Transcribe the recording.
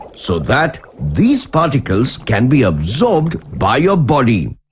so that these particles can be absorbed by our body.